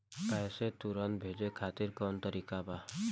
पैसे तुरंत भेजे खातिर कौन तरीका बा?